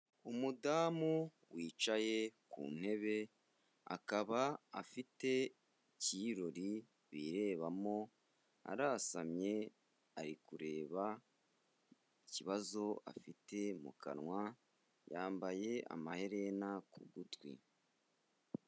Umudamu wicaye ku ntebe, akaba afite icyirori birebamo, arasamye, ari kureba ikibazo afite mu kanwa, yambaye amaherena ku gutwi.